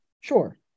sure